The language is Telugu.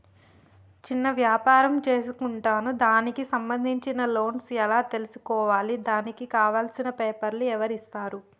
చిన్న వ్యాపారం చేసుకుంటాను దానికి సంబంధించిన లోన్స్ ఎలా తెలుసుకోవాలి దానికి కావాల్సిన పేపర్లు ఎవరిస్తారు?